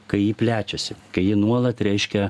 kai ji plečiasi kai ji nuolat reiškia